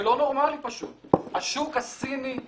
השוק הסיני,